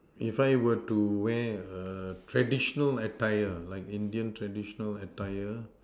if I were to wear a traditional like attire like Indian traditional attire